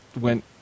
went